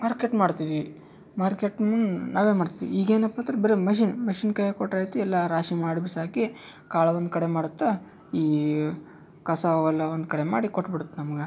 market ಮಾಡ್ತೀವಿ ಮಾರ್ಕೆಟ್ನು ನಾವೇ ಮಾಡ್ತೀವಿ ಈಗೇನಪ್ಪ ಅಂದ್ರೆ ಬರಿ ಮೆಷಿನ್ ಮೆಷಿನ್ ಕೈಯಾಗೆ ಕೊಟ್ಟರೆ ಆಯ್ತು ಎಲ್ಲಾ ರಾಶಿ ಮಾಡಿ ಬಿಸಾಕಿ ಕಾಳು ಒಂದು ಕಡೆ ಮಾಡುತ್ತಾ ಈ ಕಸವೆಲ್ಲ ಒಂದು ಕಡೆ ಮಾಡಿ ಕೊಟ್ಟು ಬಿಡುತ್ತೆ ನಮ್ಗೆ